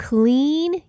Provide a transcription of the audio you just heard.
Clean